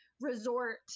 resort